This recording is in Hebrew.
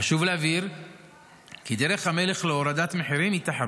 חשוב להבהיר כי דרך המלך להורדת מחירים היא תחרות,